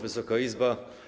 Wysoka Izbo!